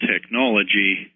technology